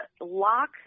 lock